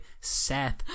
Seth